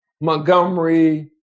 Montgomery